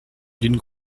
d’une